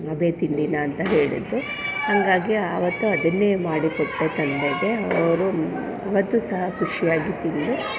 ಅದೇ ತಿಂಡಿನ ಅಂತ ಹೇಳಿದರು ಹಾಗಾಗಿ ಆವತ್ತು ಅದನ್ನೇ ಮಾಡಿಕೊಟ್ಟೆ ತಂದೆಗೆ ಅವರು ಆವತ್ತು ಸಹ ಖುಷಿಯಾಗಿ ತಿಂದು